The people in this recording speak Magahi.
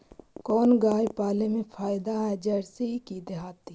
कोन गाय पाले मे फायदा है जरसी कि देहाती?